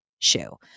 Shoe